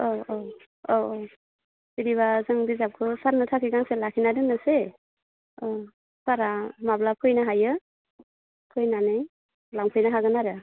औ औ बिदिबा जों बिजाबखौ सारनि थाखाय गांसे लाखिना दोननोसै सारआ माब्ला फैनो हायो फैनानै लांफैनो हागोन आरो